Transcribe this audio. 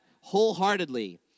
wholeheartedly